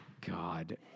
God